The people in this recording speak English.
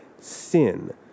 sin